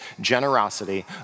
generosity